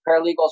paralegals